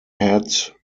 had